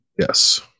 Yes